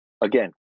again